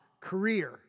career